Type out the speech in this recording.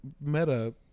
Meta